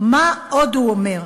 מה עוד הוא אומר?